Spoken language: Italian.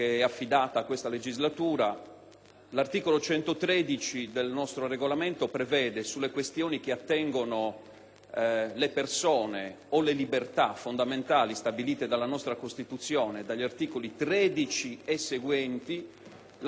l'articolo 113 del nostro Regolamento, sulle questioni che attengono alle persone o alle libertà fondamentali stabilite dalla nostra Costituzione agli articoli 13 e seguenti, prevede la possibilità del voto segreto.